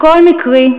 הכול מקרי,